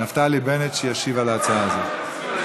נפתלי בנט, שישיב על ההצעה הזאת.